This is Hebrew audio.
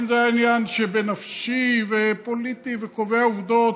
אם זה היה עניין שבנפשי, פוליטי וקובע עובדות,